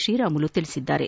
ಶ್ರೀರಾಮುಲು ತಿಳಿಸಿದ್ದಾರೆ